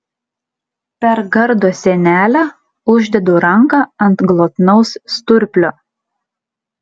per gardo sienelę uždedu ranką ant glotnaus sturplio